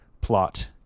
plot